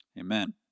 Amen